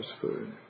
food